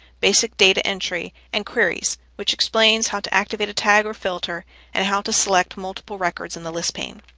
basic data entry, and queries which explains how to activate a tag or filter and how to select multiple records in the list pane.